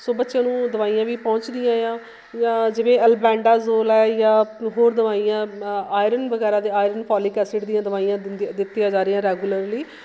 ਸੋ ਬੱਚਿਆਂ ਨੂੰ ਦਵਾਈਆਂ ਵੀ ਪਹੁੰਚਦੀਆਂ ਆ ਜਿਵੇਂ ਐਲਬਲੈਂਡਾਜ਼ੋਲ ਹੈ ਜਾਂ ਹੋਰ ਦਵਾਈਆਂ ਆਇਰਨ ਵਗੈਰਾ ਦੇ ਆਇਰਨ ਪੋਲੀਕ ਐਸਿਡ ਦੀਆਂ ਦਵਾਈਆਂ ਦਿੰਦੀ ਦਿੱਤੀਆਂ ਜਾ ਰਹੀਆਂ ਰੈਗੂਲਰਲੀ